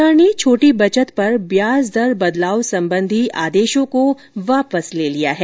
सरकार ने छोटी बचत पर ब्याज दर बदलाव संबंधी आदेशों को वापस ले लिया है